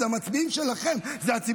אלה המצביעים שלכם,